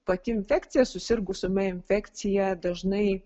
pati infekcija susirgus ūmia infekcija dažnai